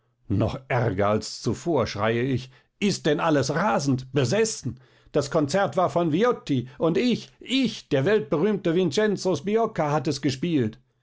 noch ärger als zuvor schrie ich ist denn alles rasend besessen das konzert war von viotti und ich ich der weltberühmte vincenzo sbiocca hat es gespielt